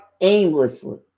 aimlessly